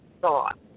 thought